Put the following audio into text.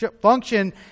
function